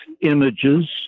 images